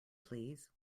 please